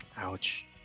Ouch